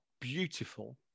beautiful